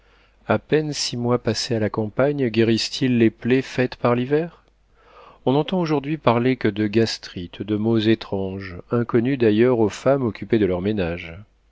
a peine six mois passés à la campagne guérissent ils les plaies faites par l'hiver on n'entend aujourd'hui parler que de gastrites de maux étranges inconnus d'ailleurs aux femmes occupées de leurs ménages